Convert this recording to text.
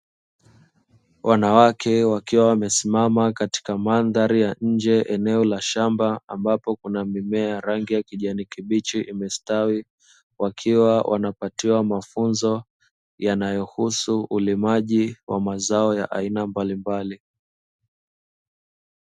Wanawake wakiwa wamesimama katika mandhari ya nje eneo la shamba ambapo kuna mimea rangi ya kijani kibichi imestawi, wakiwa wanapatiwa mafunzo yanayohusu ulimaji wa mazao ya aina mbalimbali.